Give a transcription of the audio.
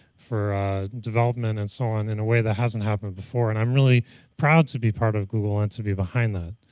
for development, and so on in a way that hasn't happened before. and i'm really proud to be part of google and to be behind that.